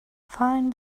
find